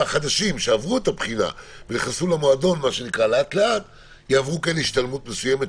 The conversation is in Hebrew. והחדשים שעברו את הבחינה ונכנסו למועדון לאט-לאט יעברו השתלמות מסוימת.